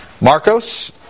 Marcos